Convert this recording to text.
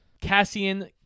Cassian